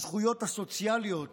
הזכויות הסוציאליות